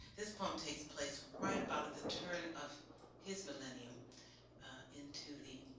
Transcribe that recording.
this poem takes place right about at the turn of his millennium into the